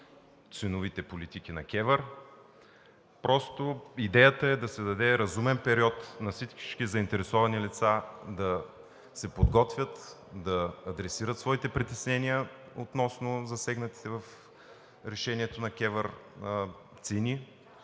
ценовите политики на КЕВР, просто идеята е да се даде разумен период на всички заинтересовани лица да се подготвят, да адресират своите притеснения относно засегнатите в решението на КЕВР цени